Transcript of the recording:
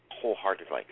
wholeheartedly